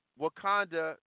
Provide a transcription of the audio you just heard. Wakanda